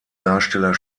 darsteller